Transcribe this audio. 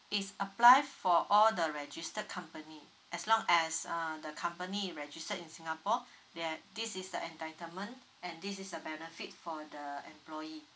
is apply for all the registered company as long as uh the company is registered in singapore there this is the entitlement and this is the benefit for the employee